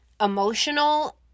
emotional